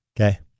Okay